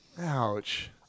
Ouch